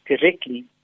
correctly